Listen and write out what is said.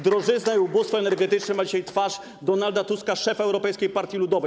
Drożyzna, ubóstwo energetyczne mają dzisiaj twarz Donalda Tuska - szefa Europejskiej Partii Ludowej.